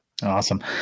Awesome